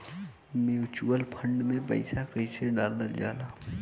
Mutual fund मे पईसा कइसे डालल जाला?